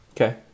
Okay